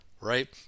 right